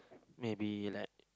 maybe like